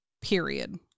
period